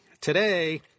Today